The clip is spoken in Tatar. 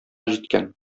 җиткән